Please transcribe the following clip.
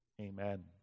amen